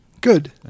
Good